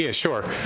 yeah sure.